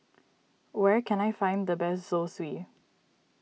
where can I find the best Zosui